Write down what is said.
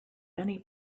many